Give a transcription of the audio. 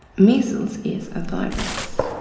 measles is a virus.